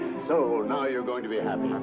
so, now you're going to be happy?